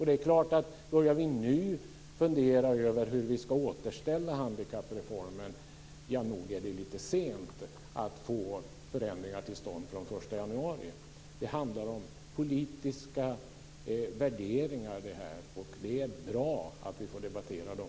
Det är klart: Börjar vi nu fundera över hur vi ska återställa handikappreformen - ja, nog är det lite sent att få förändringar till stånd från den 1 januari! Det handlar om politiska värderingar det här, och det är bra att vi får debattera dem!